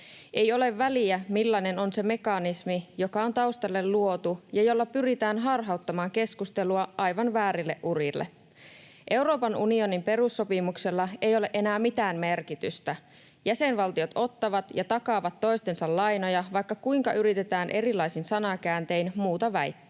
Ei ole väliä, millainen on se mekanismi, joka on taustalle luotu ja jolla pyritään harhauttamaan keskustelua aivan väärille urille. Euroopan unionin perussopimuksella ei ole enää mitään merkitystä. Jäsenvaltiot ottavat ja takaavat toistensa lainoja, vaikka kuinka yritetään erilaisin sanankääntein muuta väittää.